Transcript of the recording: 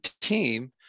team